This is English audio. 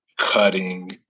cutting